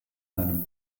einem